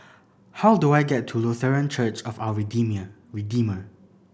how do I get to Lutheran Church of Our Redeemer